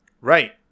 Right